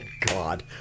God